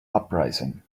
uprising